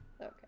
Okay